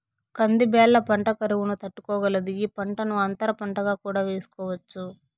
కంది బ్యాళ్ళ పంట కరువును తట్టుకోగలదు, ఈ పంటను అంతర పంటగా కూడా వేసుకోవచ్చు